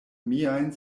miajn